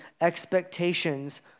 expectations